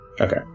Okay